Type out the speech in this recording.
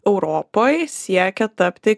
europoj siekia tapti